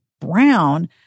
brown